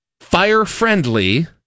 Fire-friendly